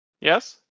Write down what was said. Yes